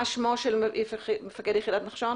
מה שמו של מפקד יחידת נחשון?